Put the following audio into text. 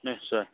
নিশ্চয়